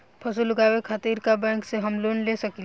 फसल उगावे खतिर का बैंक से हम लोन ले सकीला?